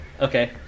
Okay